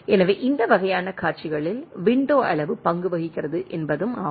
எனவே இந்த வகையான காட்சிகளில் விண்டோ அளவு பங்கு வகிக்கிறது என்பதும் ஆகும்